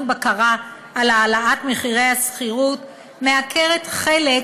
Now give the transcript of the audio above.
בקרה על העלאת מחירי השכירות מעקרת חלק